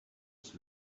ist